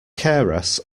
keras